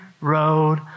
road